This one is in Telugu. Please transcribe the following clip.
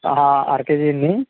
అర కేజీ అండి